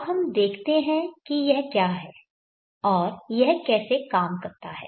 अब हम देखते हैं कि यह क्या है और यह कैसे काम करता है